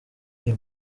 iyi